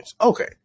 Okay